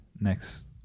next